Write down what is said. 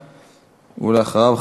ואחריו,